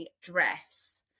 dress